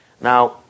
Now